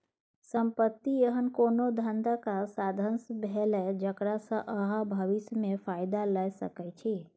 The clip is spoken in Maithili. संपत्ति एहन कोनो धंधाक साधंश भेलै जकरा सँ अहाँ भबिस मे फायदा लए सकै छी